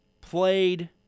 played